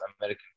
American